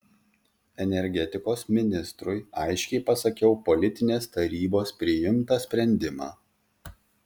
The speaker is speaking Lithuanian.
energetikos ministrui aiškiai pasakiau politinės tarybos priimtą sprendimą